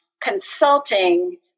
consulting